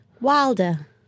Wilder